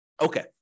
okay